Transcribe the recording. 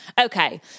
Okay